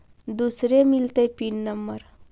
दुसरे मिलतै pin number?